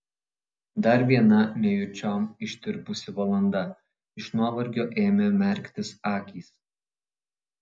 dar viena nejučiom ištirpusi valanda iš nuovargio ėmė merktis akys